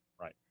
right